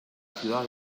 ciudad